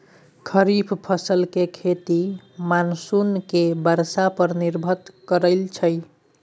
खरीफ फसल के खेती मानसून के बरसा पर निर्भर करइ छइ